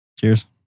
Cheers